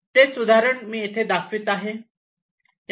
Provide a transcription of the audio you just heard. तेच उदाहरण मी येथे दाखवित आहे